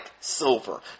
silver